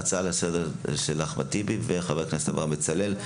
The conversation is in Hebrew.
היתה הצעה לסדר היום של אחמד טיבי וחבר הכנסת אברהם בצלאל.